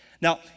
Now